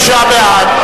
35 בעד.